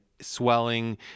swelling